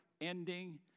ending